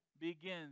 begins